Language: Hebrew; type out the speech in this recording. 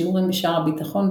שיעורים בשער הביטחון,